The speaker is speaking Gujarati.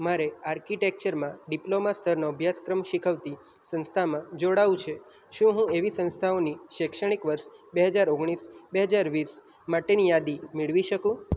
મારે આર્કિટેક્ચરમાં ડીપ્લોમાં સ્તરનો અભ્યાસક્રમ શીખવતી સંસ્થામાં જોડાવું છે શું હું એવી સંસ્થાઓની શૈક્ષણિક વર્ષ બે હજાર ઓગણીસ બે હજાર વીસ માટેની યાદી મેળવી શકું